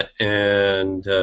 and.